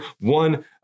one